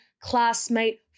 classmate